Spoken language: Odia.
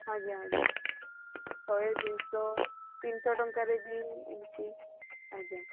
ଆଜ୍ଞା ଆଜ୍ଞା ଶହେ ଦୁଇଶହ ତିନିଶହ ଟଙ୍କାରେ ବି ଏମତି ଆଜ୍ଞା